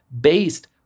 based